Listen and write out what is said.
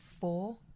four